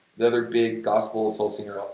the other big gospel soul singer,